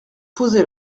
poser